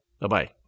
Bye-bye